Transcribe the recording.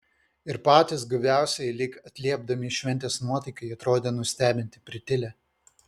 ir patys guviausieji lyg atliepdami šventės nuotaikai atrodė nustebinti pritilę